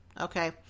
Okay